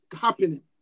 happening